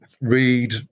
read